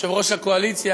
יושב-ראש הקואליציה,